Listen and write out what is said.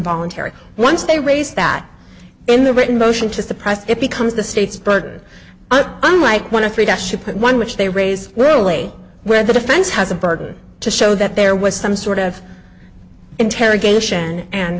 involuntary once they raise that in the written motion to suppress it becomes the state's burden and unlike want to put one which they raise really where the defense has a burden to show that there was some sort of interrogation and